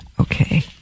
Okay